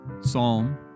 Psalm